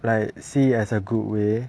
like see it as a good way